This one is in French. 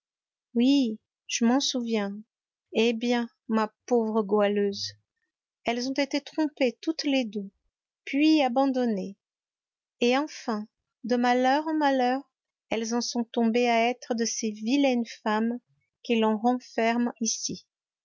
oui je m'en souviens eh bien ma pauvre goualeuse elles ont été trompées toutes les deux puis abandonnées et enfin de malheur en malheur elles en sont tombées à être de ces vilaines femmes que l'on renferme ici